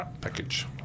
package